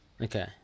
okay